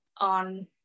on